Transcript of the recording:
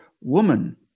woman